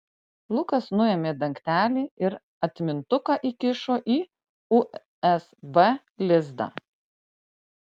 lukas nuėmė dangtelį ir atmintuką įkišo į usb lizdą